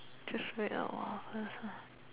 just wait a while first ah